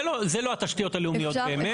זה לא התשתיות הלאומיות באמת.